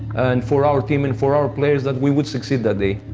for our team and for our players, that we would succeed that day.